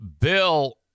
Bill